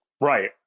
Right